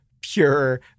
pure